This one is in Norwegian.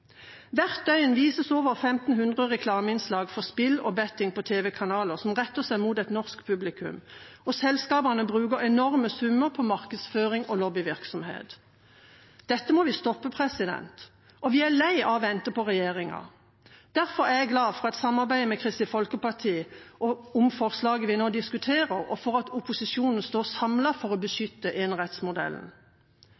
vises over 1 500 reklameinnslag for spill og betting på tv-kanaler som retter seg mot et norsk publikum, og selskapene bruker enorme summer på markedsføring og lobbyvirksomhet. Dette må vi stoppe. Vi er lei av å vente på regjeringa. Derfor er jeg glad for samarbeidet med Kristelig Folkeparti om forslaget vi nå diskuterer, og for at opposisjonen står samlet for å